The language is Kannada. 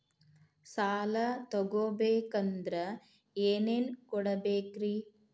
ಸಾಲ ತೊಗೋಬೇಕಂದ್ರ ಏನೇನ್ ಕೊಡಬೇಕ್ರಿ?